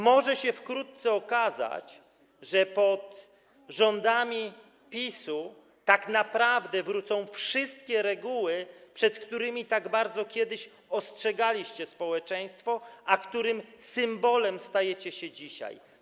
Może się wkrótce okazać, że pod rządami PiS-u tak naprawdę wrócą wszystkie reguły, przed którymi tak bardzo kiedyś ostrzegaliście społeczeństwo, a których symbolem stajecie się dzisiaj.